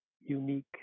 unique